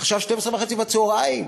עכשיו 12:30,